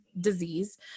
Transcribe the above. disease